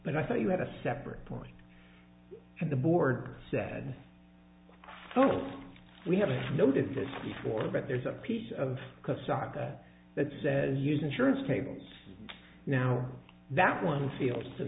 but i thought you had a separate point and the board said no we haven't noticed this before but there's a piece of code stock that says use insurance tables now that one feels to